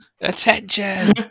Attention